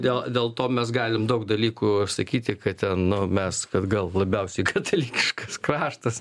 dėl dėl to mes galim daug dalykų išsakyti kad ten mes kad gal labiausiai katalikiškas kraštas